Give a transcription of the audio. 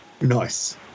Nice